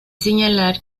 señalar